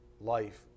life